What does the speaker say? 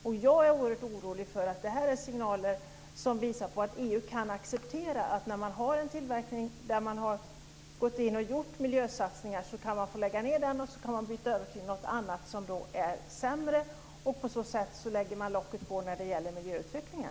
Jag är oerhört orolig för att det här är signaler som visar att EU kan acceptera att man får lägga ned en tillverkning där man har gjort miljösatsningar och byta till något annat som är sämre. På så sätt lägger man locket på när det gäller miljöutvecklingen.